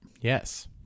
yes